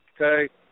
Okay